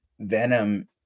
Venom